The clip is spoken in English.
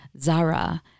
Zara